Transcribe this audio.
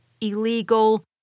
illegal